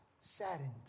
saddened